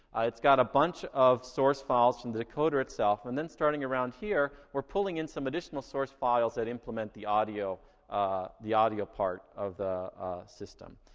it's got a bunch of source files from the decoder itself, and then starting around here, we're pulling in some additional source files that implement the ah the audio part of the system.